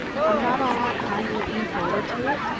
are not all our kind looking forward to it?